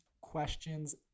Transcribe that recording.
questions